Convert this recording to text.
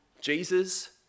Jesus